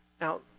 Now